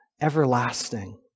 everlasting